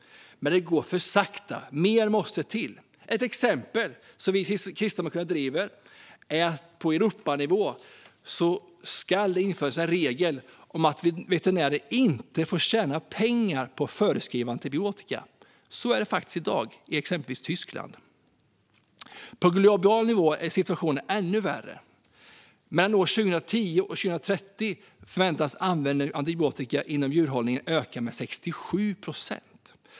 Men det går för sakta. Mer måste till. Ett exempel som Kristdemokraterna driver är att det på Europanivå ska införas en regel om att veterinärer inte får tjäna pengar på att förskriva antibiotika. Så är det faktiskt i dag i exempelvis Tyskland. På global nivå är situationen ännu värre. Mellan år 2010 och 2030 väntas användningen av antibiotika inom djurhållningen öka med 67 procent.